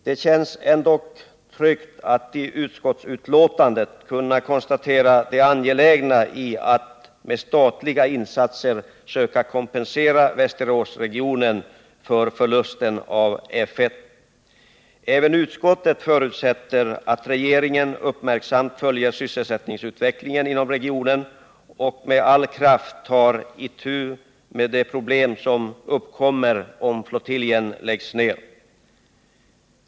Det känns ändå tryggt att i utskottsbetänkandet kunna konstatera det angelägna i att med statliga insatser söka kompensera Västeråsregionen för förlusten av F1. Även utskottet förutsätter att regeringen uppmärksamt följer sysselsättningsutvecklingen inom regionen och med all kraft tar itu med de problem som uppkommer om flottiljen läggs ned.